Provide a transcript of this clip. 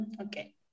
okay